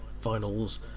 finals